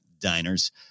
diners